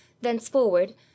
Thenceforward